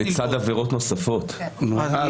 על זה שהוא יגיד לשופט שהוא שמאלן או ימני או לא